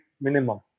minimum